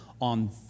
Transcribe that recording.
on